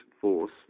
force